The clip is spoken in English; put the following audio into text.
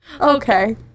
okay